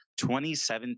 2017